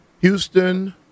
Houston